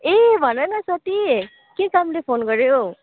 ए भन न साथी के कामले फोन गऱ्यौ